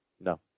No